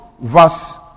verse